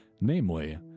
namely